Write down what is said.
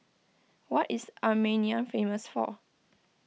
what is Armenia famous for